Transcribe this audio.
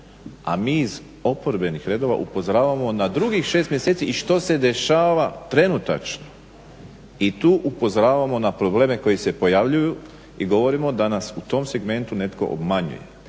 A mi iz oporbenih redova upozoravamo na drugih 6 mjeseci i što se dešava trenutačno i tu upozoravamo na probleme koji se pojavljuju i govorimo da nas u tom segmentu netko obmanjuje.